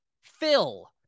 Phil